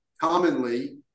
commonly